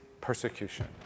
persecution